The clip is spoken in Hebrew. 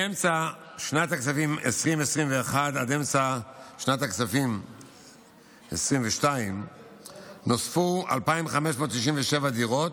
מאמצע שנת הכספים 2021 עד אמצע שנת הכספים 2022 נוספו 2,567 דירות,